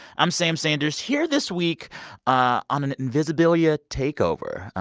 i'm sam sanders, here this week on an invisibilia takeover.